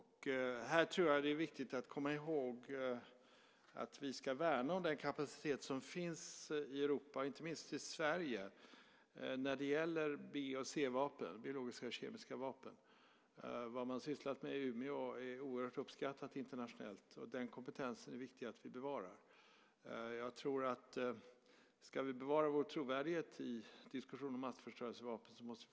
Här tror jag att det är viktigt att komma ihåg att vi ska värna den kapacitet som finns i Europa, inte minst i Sverige, när det gäller B och C-vapen - biologiska och kemiska vapen. Det man har sysslat med i Umeå är oerhört uppskattat internationellt. Den kompetensen är det viktigt att vi bevarar. Jag tror att vi måste fortsätta att ha en hög kapacitet om vi ska bevara vår trovärdighet i diskussionen om massförstörelsevapen.